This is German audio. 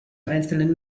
einzelnen